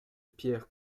pierre